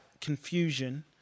confusion